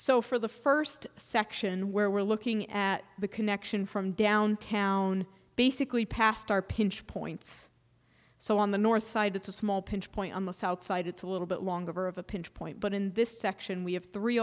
so for the first section where we're looking at the connection from downtown basically past are pinch points so on the north side it's a small pinch point on the south side it's a little bit longer of a pinch point but in this section we have three